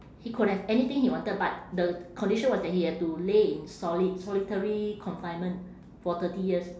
he could have anything he wanted but the condition was that he had to lay in solit~ solitary confinement for thirty years